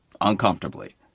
uncomfortably